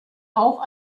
auch